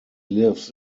lives